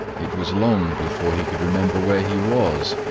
it was long before he could remember where he was,